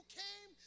came